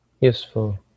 useful